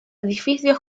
edificios